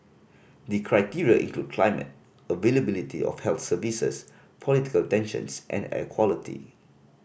the criteria include climate availability of health services political tensions and air quality